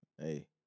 Hey